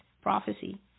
Prophecy